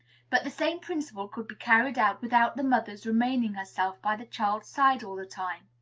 but the same principle could be carried out without the mother's remaining herself by the child's side all the time.